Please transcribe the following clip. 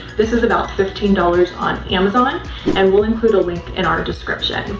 this is about fifteen dollars on amazon and we'll include the link in our description.